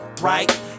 right